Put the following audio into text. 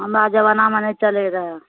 हमरा जबानामे नहि चलै रहए